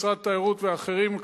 משרד התיירות ואחרים,